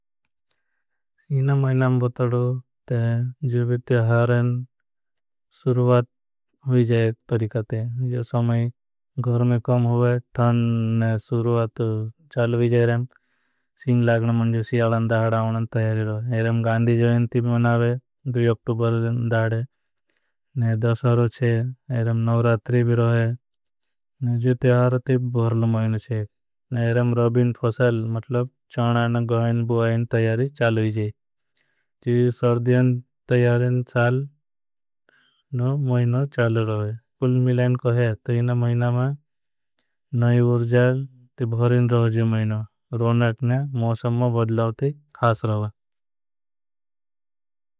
इन माइने में बतड़ू ते जो वित्यहारन शुरुवात हुई जाए एक तरीका थे। समय गरमे कम हुए धन शुरुवात चालवी जाए रहे हैं लागन मन्जुसी। अलन दाड आउनन तयारी रहे है जोयन तीब मनावे दुई अक्टूबर। दाड चे नवरातरी भी रहे तयहार तीब भरल मैन हुई चे फोसल। मतलब चाणा न गविन बुआयन तयारी चालवी जाए तयारी चाल न। मैनी चालवी रहे मिलाइन को है तो इन महिना। मा नवी उर्जाल ती भरें रहोगी महिनों मौसम मा बदलावती खास रहोगी।